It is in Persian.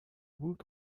بود